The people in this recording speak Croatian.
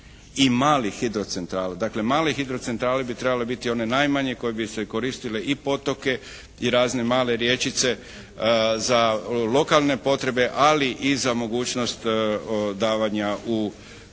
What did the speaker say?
i malih hidrocentrala. Dakle, male hidrocentrale bi trebale biti one najmanje koje bi se koristile i potoke i razne male rječice za lokalne potrebe ali i za mogućnost davanja u javnu